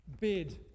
bid